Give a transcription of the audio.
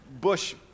Bush